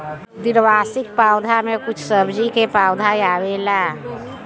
द्विवार्षिक पौधा में कुछ सब्जी के पौधा आवेला